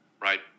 right